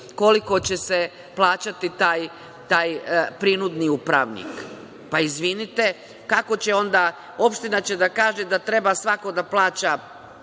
koliko će se plaćati taj prinudni upravnik. Izvinite, kako će onda opština da kaže da treba svako da plaća